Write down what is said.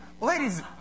ladies